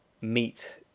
meet